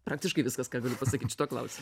praktiškai viskas ką galiu pasakyt šituo klausi